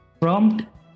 Prompt